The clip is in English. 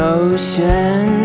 ocean